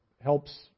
helps